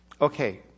Okay